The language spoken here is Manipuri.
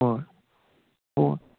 ꯍꯣꯏ ꯑꯣ